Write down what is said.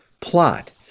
plot